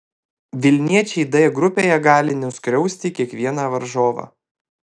vilniečiai d grupėje gali nuskriausti kiekvieną varžovą